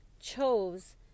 chose